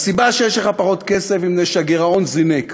הסיבה שיש לך פחות כסף היא שהגירעון זינק.